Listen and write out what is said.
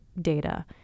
data